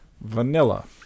Vanilla